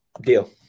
Deal